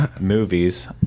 movies